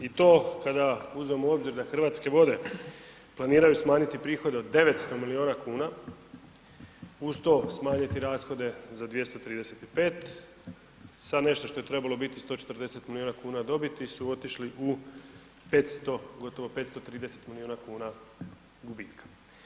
I to kada uzmemo u obzir da Hrvatske vode planiraju smanjiti prihode od 900 miliona kuna, uz to smanjiti rashode za 235 sa nešto što je trebalo 140 miliona kuna dobiti su otišli u 500 gotovo 530 milijuna kuna gubitka.